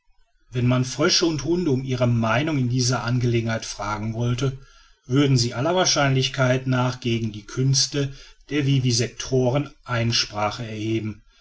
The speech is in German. wenn man frösche und hunde um ihre meinung in dieser angelegenheit fragen wollte würden sie aller wahrscheinlichkeit nach gegen die künste der vivisectoren einsprache erheben